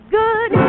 good